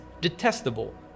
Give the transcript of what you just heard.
detestable